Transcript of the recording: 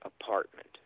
apartment